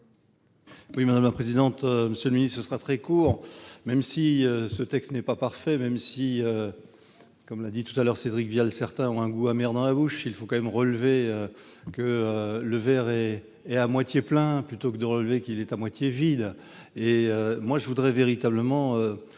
Oui madame la présidente. Monsieur le Ministre, ce sera très court même si ce texte n'est pas parfait, même si. Comme l'a dit tout à l'heure Cédric Vial, certains ont un goût amer dans la bouche. Il faut quand même relever que le vert et et à moitié plein plutôt que de relever qu'il est à moitié vide et moi je voudrais véritablement.